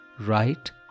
right